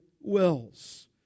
wills